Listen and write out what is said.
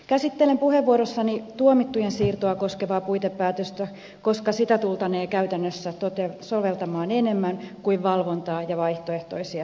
käsittelen puheenvuorossani tuomittujen siirtoa koskevaa puitepäätöstä koska sitä tultaneen käytännössä soveltamaan enemmän kuin valvontaa ja vaihtoehtoisia seuraamuksia